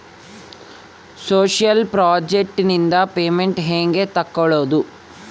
Social project ನಿಂದ payment ಹೆಂಗೆ ತಕ್ಕೊಳ್ಳದು?